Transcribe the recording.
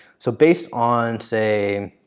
so based on say,